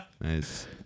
Nice